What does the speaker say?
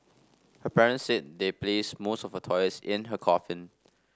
her parents said they placed most of her toys in her coffin